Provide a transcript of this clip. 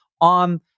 on